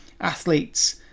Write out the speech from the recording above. athletes